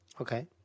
Okay